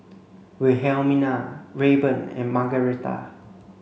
Wilhelmina Rayburn and Margaretta